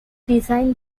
designed